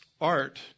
art